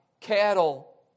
cattle